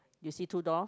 do you see two doors